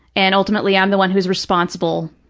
and ultimately, i'm the one who's responsible.